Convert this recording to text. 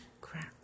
crap